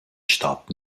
stadt